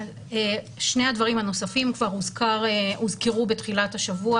שני הדברים הנוספים כבר הוזכרו בתחילת השבוע,